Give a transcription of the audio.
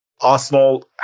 Arsenal